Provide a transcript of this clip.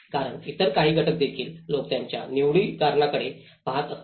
कारण इतर काही घटक देखील लोक त्यांच्या निवडी करण्याकडे पाहत असतात